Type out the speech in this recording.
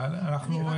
רק